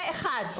זה אחד.